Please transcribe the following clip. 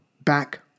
back